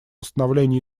установление